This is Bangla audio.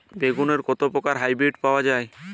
বেগুনের কত প্রকারের হাইব্রীড পাওয়া যায়?